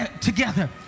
together